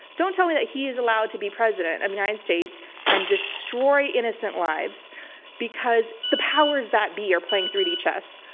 don't tell me that he is allowed to be president of the united states and destroy innocent lives because the powers that be are playing three d chess.